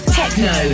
techno